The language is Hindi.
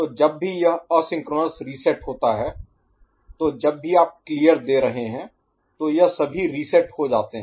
तो जब भी यह असिंक्रोनस रीसेट होता है तो जब भी आप क्लियर दे रहे हैं तो यह सभी रीसेट हो जाते हैं